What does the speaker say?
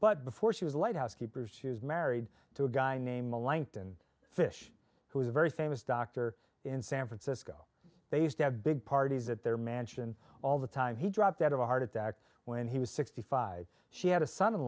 but before she was a lighthouse keeper she was married to a guy name a lankton fish who is a very famous doctor in san francisco they used to have big parties at their mansion all the time he dropped out of a heart attack when he was sixty five she had a son in